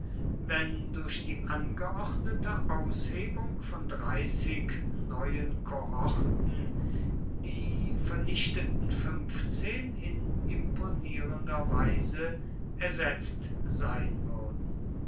wenn durch die angeordnete aushebung von dreißig neuen kohorten die vernichteten fünfzehn in imponierender weise ersetzt sein würden